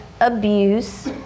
abuse